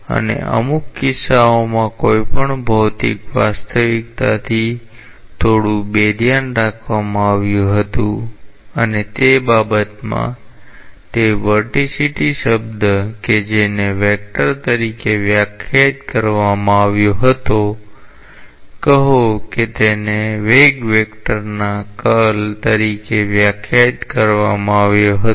અને અમુક કિસ્સાઓમાં કોઈપણ ભૌતિક વાસ્તવિકતાથી થોડું બેધ્યાન રાખવામાં આવ્યું હતું અને તે બાબતમાં તે વર્ટિસિટી શબ્દ કે જેને વેક્ટર તરીકે વ્યાખ્યાયિત કરવામાં આવ્યો હતો કહો કે તેને વેગ વેક્ટરના કર્લ તરીકે વ્યાખ્યાયિત કરવામાં આવ્યો હતો